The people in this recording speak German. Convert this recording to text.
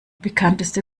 bekannteste